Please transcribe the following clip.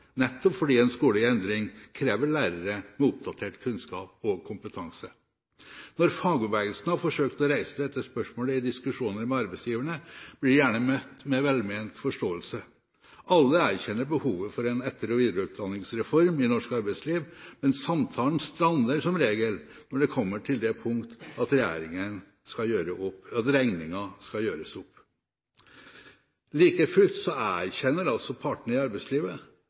nettopp fordi en skole i endring krever lærere med oppdatert kunnskap og kompetanse. Når fagbevegelsen har forsøkt å reise dette spørsmålet i diskusjoner med arbeidsgiverne, blir de gjerne møtt med velment forståelse. Alle erkjenner behovet for en etter- og videreutdanningsreform i norsk arbeidsliv, men samtalen strander som regel når det kommer til det punkt at regningen skal gjøres opp. Like fullt erkjenner partene i arbeidslivet at